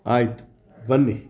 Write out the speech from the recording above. ಆಯಿತು ಬನ್ನಿ